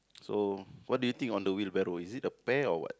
so what do you think on the wheelbarrow is it a pear or what